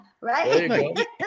Right